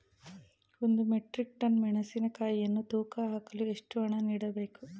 ಒಂದು metric tonne ಮೆಣಸಿನಕಾಯಿಯನ್ನು ತೂಕ ಹಾಕಲು ಎಷ್ಟು ಹಣ ನೀಡಬೇಕು?